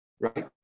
right